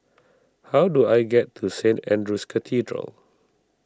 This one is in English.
how do I get to Saint andrew's Cathedral